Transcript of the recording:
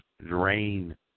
Drain